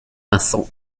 vincent